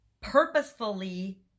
purposefully